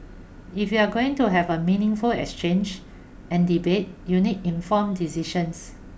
if you're going to have a meaningful exchange and debate you need informed decisions